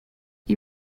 you